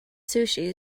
sushi